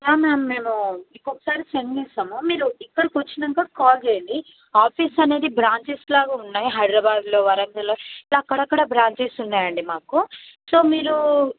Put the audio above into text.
yeah ma'am మేము మీకు ఒకసారి సెండ్ చేస్తాము మీరు ఇక్కడికి వచ్చాక కాల్ చేయండి ఆఫీసు అనేది బ్రాంచెస్ లాగా ఉన్నాయి హైదరాబాద్లో వరంగలో ఇలా అక్కడక్కడ బ్రాంచెస్ ఉన్నాయి అండి మాకు సో మీరు